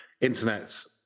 internet's